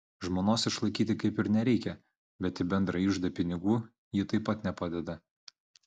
žmonos išlaikyti kaip ir nereikia bet į bendrą iždą pinigų ji taip pat nepadeda